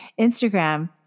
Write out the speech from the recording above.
Instagram